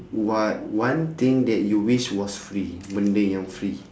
what one thing that you wish was free benda yang free